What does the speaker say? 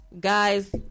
guys